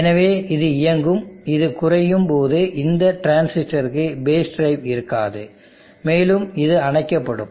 எனவே இது இயங்கும் இது குறையும் போது இந்த டிரான்சிஸ்டருக்கு பேஸ்டிரைவ் இருக்காது மேலும் இது அணைக்கப்படும்